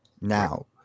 now